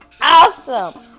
awesome